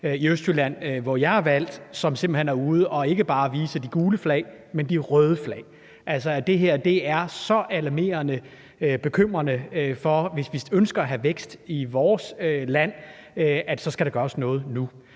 i Østjylland, hvor jeg er valgt, som simpelt hen er ude og ikke bare hejse de gule flag, men også de røde flag. Altså, det her er så alarmerende og bekymrende. Hvis vi ønsker at skabe vækst i vores land, skal der gøres noget nu.